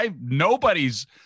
Nobody's